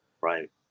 Right